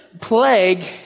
plague